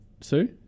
Sue